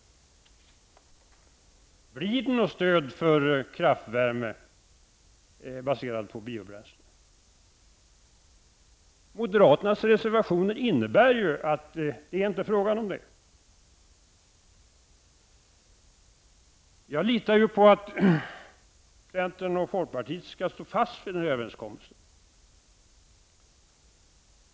Blir det något stöd för kraftvärme baserad på biobränslen? Moderaternas reservationer innebär ju att det inte blir fråga om detta. Jag litar på att centern och folkpartiet skall stå fast vid överenskommelsen.